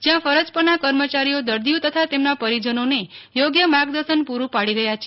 જ્યાં ફરજ પરના કર્મચારીઓ દર્દીઓ તથા તેમના પરિજનોને યોગ્ય માર્ગદર્શન પૂર્ટુ પાડી રહ્યા છે